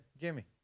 Jimmy